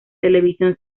television